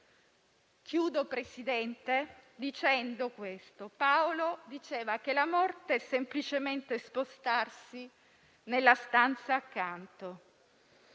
signor Presidente, dicendo questo: Paolo diceva che la morte è semplicemente spostarsi nella stanza accanto.